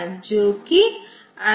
तो ये बिट्स के जोड़े हैं